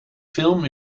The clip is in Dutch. film